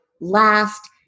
last